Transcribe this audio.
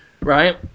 right